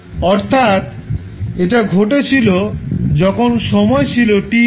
অর্থাৎ এটা ঘটেছিল যখন সময় ছিল t 0